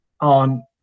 on